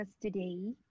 today